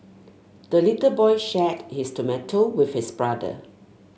the little boy shared his tomato with his brother